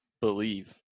believe